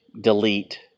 delete